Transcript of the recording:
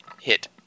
hit